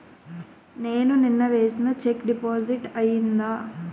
నేను నిన్న వేసిన చెక్ డిపాజిట్ అయిందా?